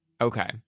Okay